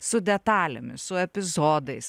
su detalėmis su epizodais